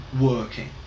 working